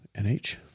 nh